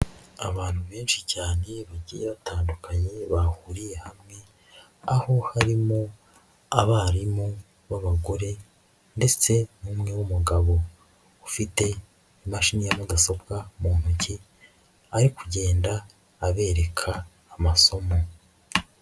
Abantu benshi cyane bagiye batandukanye bahuriye hamwe, aho harimo abarimu b'abagore ndetse n'umwe w'umugabo ufite imashini ya mudasobwa mu ntoki ari kugenda abereka amasomo.